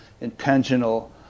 intentional